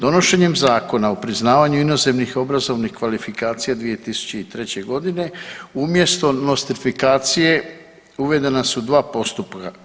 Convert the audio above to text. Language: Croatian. Donošenjem zakona o priznavanju inozemnih obrazovnih kvalifikacija 2003. godine umjesto nostrifikacije uvedena su dva postupka.